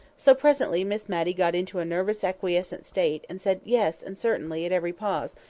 so presently miss matty got into a nervously acquiescent state, and said yes, and certainly, at every pause,